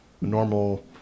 normal